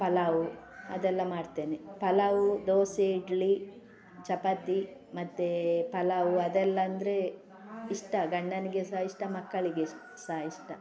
ಪಲಾವು ಅದೆಲ್ಲ ಮಾಡ್ತೇನೆ ಪಲಾವು ದೋಸೆ ಇಡ್ಲಿ ಚಪಾತಿ ಮತ್ತೆ ಪಲಾವು ಅದೆಲ್ಲ ಅಂದರೆ ಇಷ್ಟ ಗಂಡನಿಗೆ ಸಹ ಇಷ್ಟ ಮಕ್ಕಳಿಗೆ ಇಷ್ ಸಹ ಇಷ್ಟ